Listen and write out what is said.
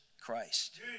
Christ